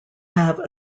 have